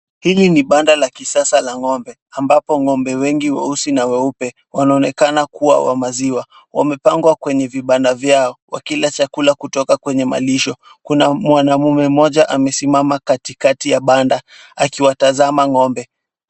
Hili ni banda la kisasa la ng'ombe, ambapo ng'ombe wengi weusi na weupe wanaonekana kuwa wa maziwa. Wamepangwa kwenye vibanda vyao wakila chakula kutoka kwenye malisho. Kuna mwanaume mmoja amesimama katikati ya banda akiwatazama ng'ombe.